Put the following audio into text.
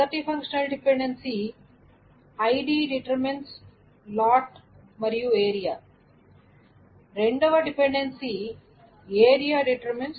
మొదటి functional dependency ID → lot area మరియు రెండవ డిపెండెన్సీ ఏరియా → డిస్ట్రిక్ట్